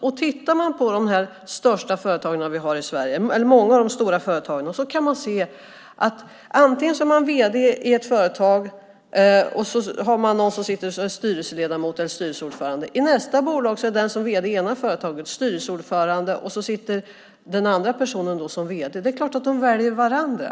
Om man tittar på många av de stora företagen i Sverige kan man se att vd:n i ett företag har någon som sitter som styrelseledamot eller styrelseordförande, och i nästa bolag är den vd:n styrelseordförande och den andra personen sitter som vd. Det är klart att de väljer varandra.